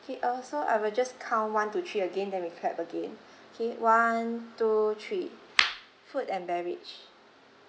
K uh so I will just count one two three again then we clap again K one two three food and beverage